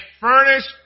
furnished